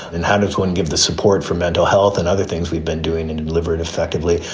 and how does one give the support for mental health and other things we've been doing and delivered effectively?